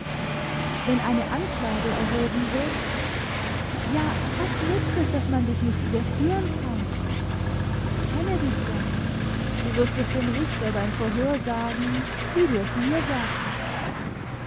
wenn eine anklage erhoben wird ja was nützt es daß man dich nicht überführen kann ich kenne dich ja du wirst es dem richter beim verhör sagen wie du es mir sagtest